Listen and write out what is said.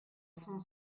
cent